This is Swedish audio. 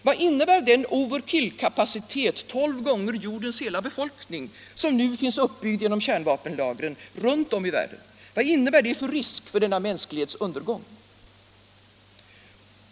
Vad innebär den over-kill-kapacitet tolv gånger jordens hela befolkning, som nu finns uppbyggd genom kärnvapenlagren runt om i världen, för risk för denna mänsklighetens undergång?